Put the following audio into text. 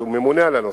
שהוא ממונה על הנושא,